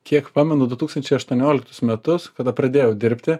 kiek pamenu du tūkstančiai aštuonioliktus metus kada pradėjau dirbti